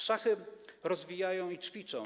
Szachy rozwijają i ćwiczą.